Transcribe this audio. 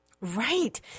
Right